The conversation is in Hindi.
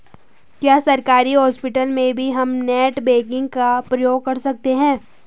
क्या सरकारी हॉस्पिटल में भी हम नेट बैंकिंग का प्रयोग कर सकते हैं?